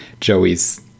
joey's